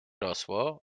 rosło